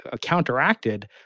counteracted